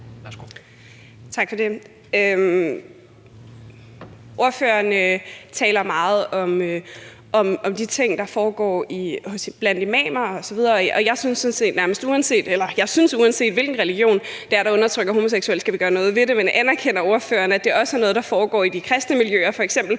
Tak for det. Ordføreren taler meget om de ting, der foregår blandt imamer osv., og jeg synes, at uanset hvilken religion der undertrykker homoseksuelle, skal vi gøre noget ved det. Men anerkender ordføreren, at det også er noget, der foregår i de kristne miljøer f.eks.